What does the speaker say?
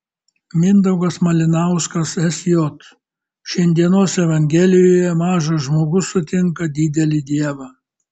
mindaugas malinauskas sj šiandienos evangelijoje mažas žmogus sutinka didelį dievą